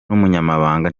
n’umunyamabanga